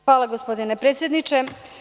Hvala, gospodine predsedniče.